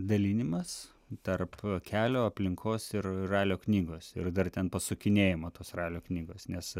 dalinimas tarp kelio aplinkos ir ralio knygos ir dar ten pasukinėjimo tos ralio knygos nes